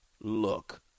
look